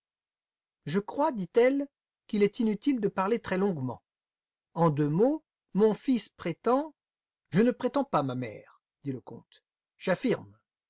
je crois dit-elle qu'il est inutile de parler très longuement en deux mots mon fils prétend je ne prétends pas ma mère dit le comte j'affirme